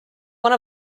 one